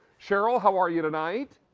cheryl how are you tonight?